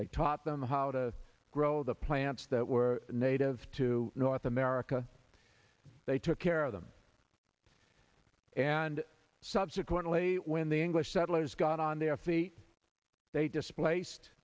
they taught them how to grow the plants that were native to north america they took care of them and subsequently when the english settlers got on their feet they displaced